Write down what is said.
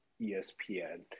ESPN